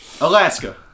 Alaska